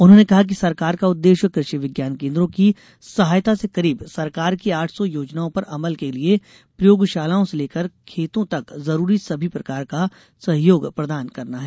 उन्होंने कहा कि सरकार का उद्वेश्य कृषि विज्ञान केन्द्रों की सहायता से करीब सरकार की आठ सौ योजनाओं पर अमल के लिये प्रयोगशालाओं से लेकर खेतों तक जरूरी सभी प्रकार का सहयोग प्रदान करना है